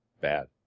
bad